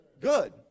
good